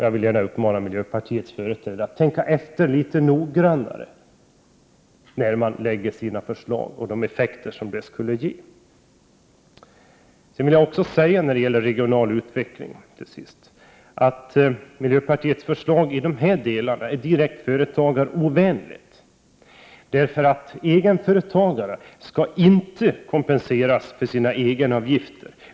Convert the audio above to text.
Jag vill gärna uppmana miljöpartiets företrädare att med tanke på 29 effekterna litet noggrannare tänka efter, innan förslagen läggs fram. När det gäller regional utveckling vill jag säga att miljöpartiets förslag är direkt företagarovänligt. Egenföretagare skall ju inte kompenseras för sina egenavgifter.